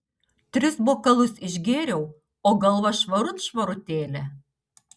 tris bokalus išgėriau o galva švarut švarutėlė